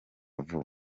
vuba